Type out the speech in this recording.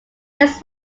his